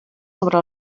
sobre